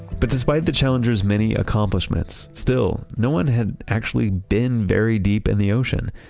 but despite the challenger's many accomplishments still, no one had actually been very deep in the ocean,